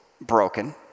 broken